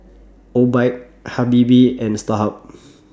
Obike Habibie and Starhub